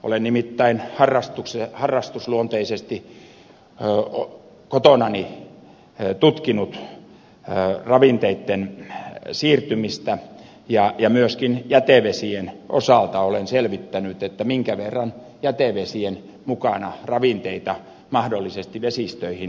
olen nimittäin harrastusluonteisesti kotonani tutkinut ravinteitten siirtymistä ja myöskin jätevesien osalta olen selvittänyt minkä verran jätevesien mukana ravinteita mahdollisesti vesistöihin siirtyy